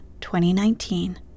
2019